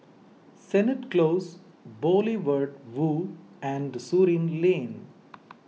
Sennett Close Boulevard Vue and Surin Lane